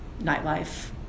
nightlife